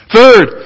Third